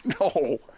no